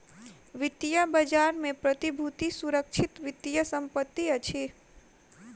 वित्तीय बजार में प्रतिभूति सुरक्षित वित्तीय संपत्ति अछि